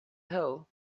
hill